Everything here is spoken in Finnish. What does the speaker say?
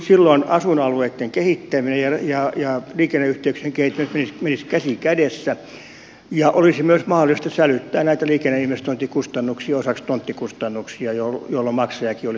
silloin asuinalueitten kehittäminen ja liikenneyhteyksien kehittäminen menisivät käsi kädessä ja olisi myös mahdollista sälyttää näitä liikenneinvestointikustannuksia osaksi tonttikustannuksia jolloin maksajakin olisi oikeassa järjestyksessä